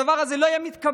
הדבר הזה לא היה מתקבל